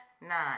Nine